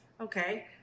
Okay